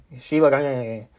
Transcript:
Sheila